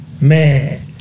man